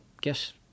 guess